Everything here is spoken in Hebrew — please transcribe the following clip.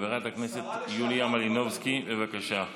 חברת הכנסת יוליה מלינובסקי, בבקשה.